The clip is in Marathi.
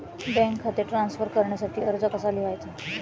बँक खाते ट्रान्स्फर करण्यासाठी अर्ज कसा लिहायचा?